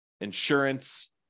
insurance